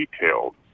detailed